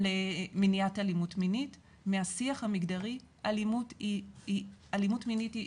מניעת אלימות מינית מהשיח מגדרי אלימות מינית היא